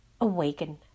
Awaken